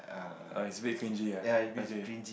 err it's a bit cringy ah okay